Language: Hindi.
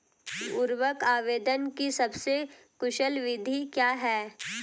उर्वरक आवेदन की सबसे कुशल विधि क्या है?